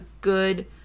good